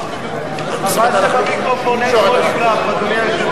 חבל שלמיקרופון אין פוליגרף, אדוני היושב-ראש.